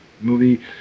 movie